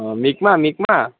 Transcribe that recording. অঁ মিকমাহ মিকমাহ